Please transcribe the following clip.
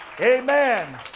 Amen